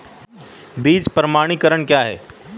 बीज प्रमाणीकरण क्या है?